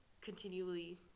continually